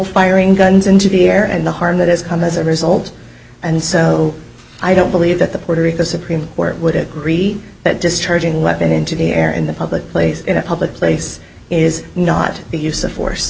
firing guns into the air and the harm that has come as a result and so i don't believe that the puerto rico supreme court would agree that discharging weapon into the air in the public place in a public place is not the use of force